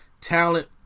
Talent